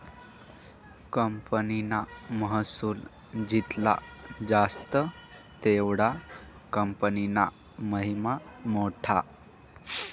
कंपनीना महसुल जित्ला जास्त तेवढा कंपनीना महिमा मोठा